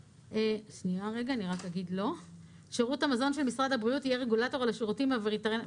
שירות המזון של משרד הבריאות יהיה רגולטור לשירותים הווטרינריים,